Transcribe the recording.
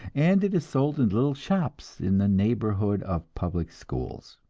and it is sold in little shops in the neighborhood of public schools.